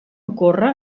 ocórrer